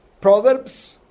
Proverbs